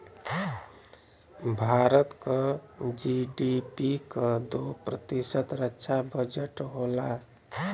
भारत क जी.डी.पी क दो प्रतिशत रक्षा बजट होला